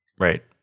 Right